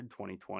2020